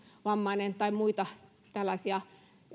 vammainen tai muita tällaisia